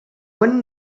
buen